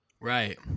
Right